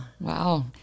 wow